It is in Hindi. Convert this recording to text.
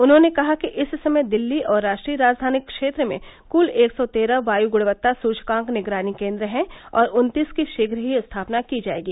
उन्होंने कहा कि इस समय दिल्ली और राष्ट्रीय राजधानी क्षेत्र में कुल एक सौ तेरह वायू गुणवत्ता सुचकांक निगरानी केन्द्र हैं और उन्तीस की शीघ्र ही स्थापना की जाएगी